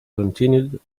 continued